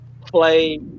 play